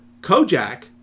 Kojak